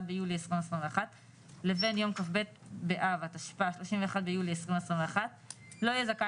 ביולי 2021 לבין יום כ"ב באב התשפ"א 31 ליולי 2021 לא יהיה זכאי